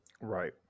Right